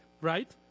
right